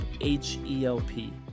H-E-L-P